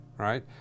right